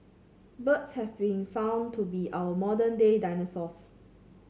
birds have been found to be our modern day dinosaurs